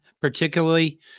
particularly